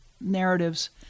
narratives